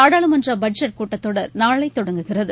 நாடாளுமன்றபட்ஜெட் கூட்டத்தொடர் நாளைதொடங்குகிறது